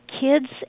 kids